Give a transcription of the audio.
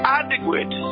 adequate